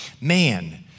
Man